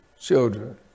children